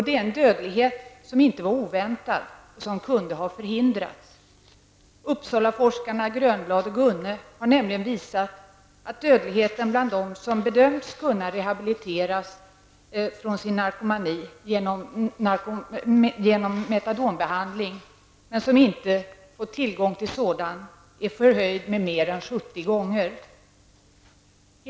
Det är en dödlighet som inte var oväntad och som kunde ha förhindrats. Uppsalaforskarna Leif Grönbladh och Lars Gunne har nämligen visat på att dödligheten bland dem som har bedömts kunna bli rehabiliterade från sin narkomani genom metadonbehandling, men som inte fått tillgång till sådan, är 70 gånger större.